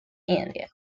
india